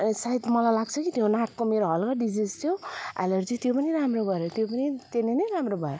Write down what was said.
सायद मलाई लाग्छ कि त्यो नाकको मेरो हलका डिजिस थियो एलर्जी त्यो पनि राम्रो गर्यो त्यो पनि त्यसले नै राम्रो भयो